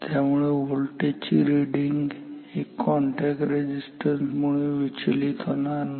त्यामुळे व्होल्टेजची रिडिंग या कॉन्टॅक्ट रेझिस्टन्स मुळे विचलित होणार नाही